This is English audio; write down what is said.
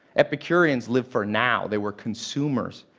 epicureans live for now. they were consumers.